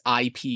IP